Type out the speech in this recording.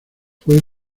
fue